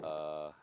uh